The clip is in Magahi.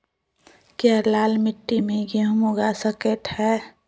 क्या लाल मिट्टी में गेंहु उगा स्केट है?